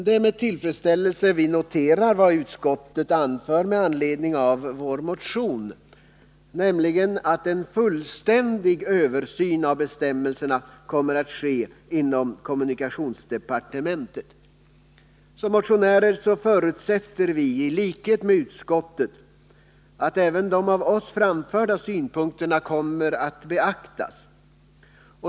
Det är med tillfredsställelse vi noterar vad utskottet anför med anledning av vår motion, nämligen att en fullständig översyn av bestämmelserna kommer att ske inom kommunikationsdepartementet. Vi motionärer förutsätter i likhet med utskottet att även de av oss framförda synpunkterna kommer att beaktas.